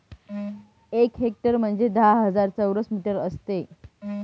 एक हेक्टर म्हणजे दहा हजार चौरस मीटर असते